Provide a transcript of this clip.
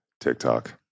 TikTok